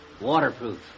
Waterproof